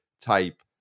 type